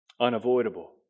unavoidable